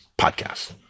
podcast